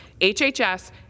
HHS